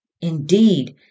Indeed